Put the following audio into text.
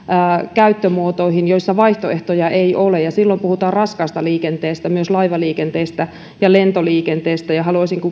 käyttömuotoihin joissa vaihtoehtoja ei ole ja silloin puhutaan raskaasta liikenteestä myös laivaliikenteestä ja lentoliikenteestä haluaisinkin